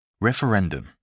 Referendum